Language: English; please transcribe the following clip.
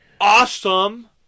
awesome